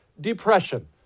Depression